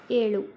ಏಳು